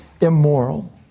immoral